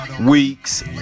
week's